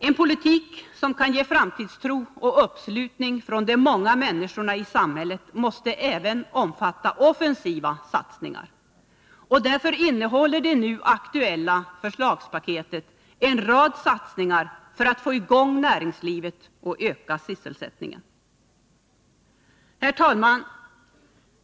En politik, som kan ge framtidstro och uppslutning från de många människorna i samhället, måste även omfatta offensiva satsningar. Därför innehåller det nu aktuella förslagspaketet en rad satsningar för att få i gång näringslivet och öka sysselsättningen. Herr talman!